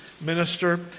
minister